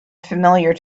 familiar